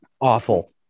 Awful